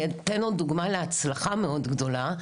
עוד דוגמה להצלחה מאוד גדולה.